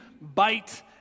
bite